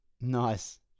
Nice